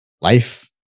life